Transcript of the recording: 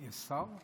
שר?